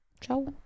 Ciao